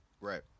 right